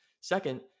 Second